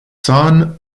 son